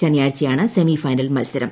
ശനിയാഴ്ചയാണ് semi final മത്സരം